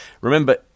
Remember